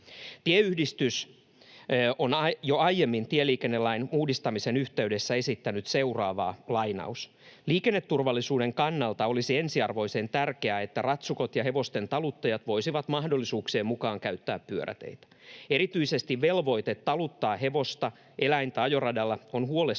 Tieyhdistys on jo aiemmin tieliikennelain uudistamisen yhteydessä esittänyt seuraavaa: ”Liikenneturvallisuuden kannalta olisi ensiarvoisen tärkeää, että ratsukot ja hevosten taluttajat voisivat mahdollisuuksien mukaan käyttää pyöräteitä. Erityisesti velvoite taluttaa hevosta (eläintä) ajoradalla on huolestuttava